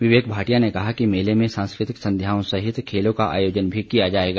विवेक भाटिया ने कहा कि मेले में सांस्कृतिक संध्याओं सहित खेलों का आयोजन मी किया जाएगा